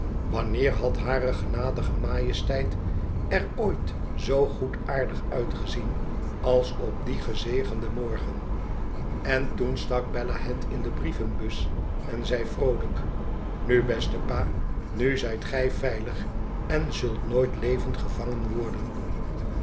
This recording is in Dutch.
wanneer had hare genadige majesteit er ooit zoo goedaardig uitgezien als op dien gezegenden morgen en toen stak bella het in de brievenbus en zei vroolijk inu beste pa nu zijt gij veilig en zult nooit levend gevangen worden